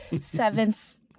seventh